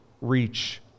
reach